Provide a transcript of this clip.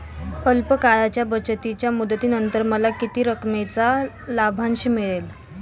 अल्प काळाच्या बचतीच्या मुदतीनंतर मला किती रकमेचा लाभांश मिळेल?